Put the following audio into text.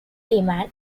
demand